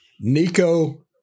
Nico